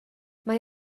mae